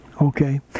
Okay